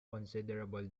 considerable